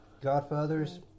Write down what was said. Godfather's